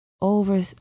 over